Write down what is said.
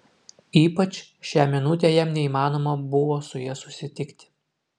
ypač šią minutę jam neįmanoma buvo su ja susitikti